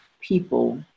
people